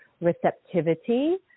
receptivity